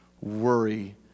worry